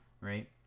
right